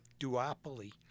duopoly